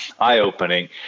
eye-opening